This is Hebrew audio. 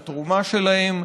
על התרומה שלהם.